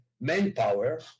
manpower